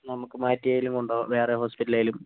ആ നമുക്ക് മാറ്റിയാലും കൊണ്ട് പോകാം വേറെ ഹോസ്പിറ്റല് ആയാലും